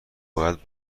باید